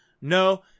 No